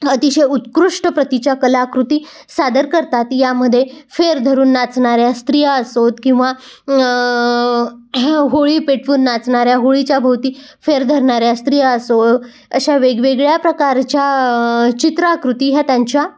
अतिशय उत्कृष्ट प्रतीच्या कलाकृती सादर करतात यामध्ये फेर धरून नाचणाऱ्या स्त्रिया असोत किंवा ह्या होळी पेटवून नाचणाऱ्या होळीच्या भोवती फेर धरणाऱ्या स्त्रिया असो अशा वेगवेगळ्या प्रकारच्या चित्राकृती ह्या त्यांच्या